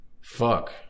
fuck